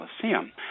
Colosseum